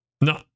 no